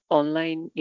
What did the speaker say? online